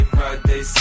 Friday